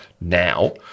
now